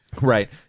right